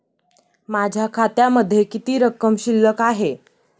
माझ्या खात्यामध्ये किती रक्कम शिल्लक आहे?